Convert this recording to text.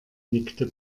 nickte